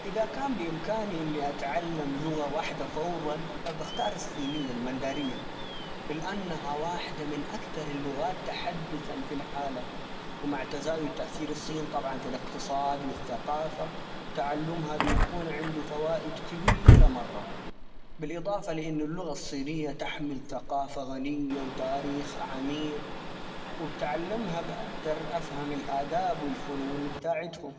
إذا كان بإمكاني إني أتعلم لغة واحدة فورًا ،بختار الصينية المندارية ؛ لأنها واحدة من أكثر اللغات تحدثًا في العالم ومع تزايد تأثير الصين طبعًا في الإقتصاد ، والثقافة، تعلمها بيكون عنده فوائد كبيرة مرة، بالإضافة لإنه اللغة الصينية تحمل ثقافة غنية ،وتاريخ عميق، وبتعلمها بأقدر أفهم الآداب ،والفنون بتاعتهم.